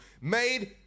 made